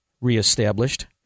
reestablished